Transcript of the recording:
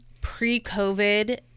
pre-covid